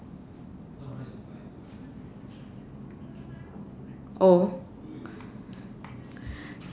oh